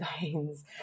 veins